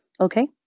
okay